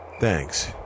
Thanks